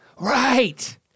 Right